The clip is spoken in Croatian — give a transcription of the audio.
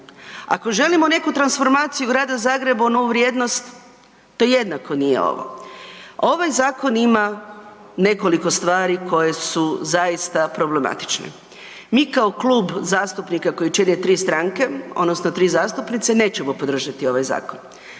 Ako želimo neku transformaciju grada Zagreba u novu vrijednost, to jednako nije ovo. Ovaj zakon ima nekoliko stvari koje su zaista problematične. Mi kao klub zastupnika koji čine tri stranke odnosno tri zastupnice, nećemo podržati ovaj zakon